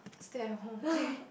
stay at home okay